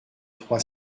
trois